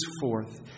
forth